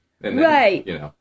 Right